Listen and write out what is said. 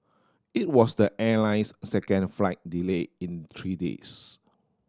it was the airline's second flight delay in three days